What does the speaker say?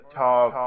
talk